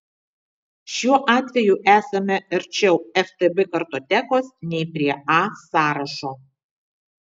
šiuo atveju esame arčiau ftb kartotekos nei prie a sąrašo